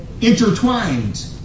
intertwined